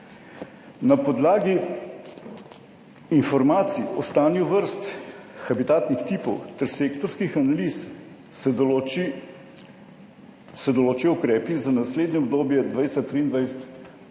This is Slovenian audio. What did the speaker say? Na podlagi informacij o stanju vrst habitatnih tipov ter sektorskih analiz, se določijo ukrepi za naslednje obdobje 2023-2028.